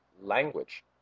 language